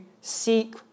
seek